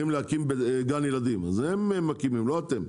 אם צריך להקים גן ילדים, הם מקימים ולא אתם.